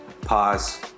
Pause